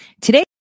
today